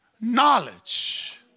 knowledge